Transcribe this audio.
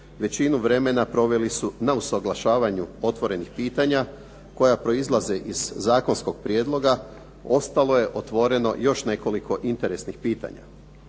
većinu vremena proveli su na usaglašavanju otvorenih pitanja koja proizlaze iz zakonskog prijedloga ostalo je otvoreno još nekoliko interesnih pitanja.